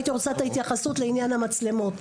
הייתי רוצה את ההתייחסות לעניין המצלמות.